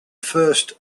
first